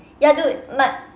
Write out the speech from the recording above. ya dude my